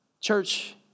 Church